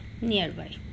nearby